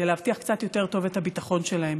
להבטיח קצת יותר טוב את הביטחון שלהם.